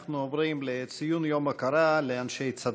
אנחנו עוברים לציון יום ההוקרה לאנשי צד"ל,